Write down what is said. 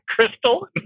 crystal